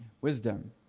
wisdom